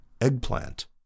eggplant